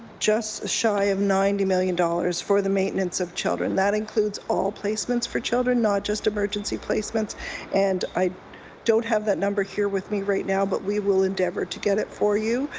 just shy of ninety million dollars for the maintenance of children. that includes all placements for children, not just emergency placements and i don't have that number here with me right now, but we will endeavour to get it for you.